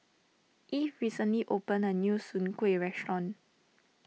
Eve recently opened a new Soon Kway restaurant